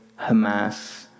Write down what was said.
Hamas